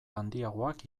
handiagoak